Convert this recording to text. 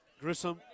Grissom